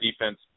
defense